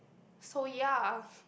so ya